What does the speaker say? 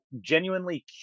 genuinely